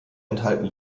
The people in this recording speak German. enthalten